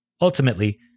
Ultimately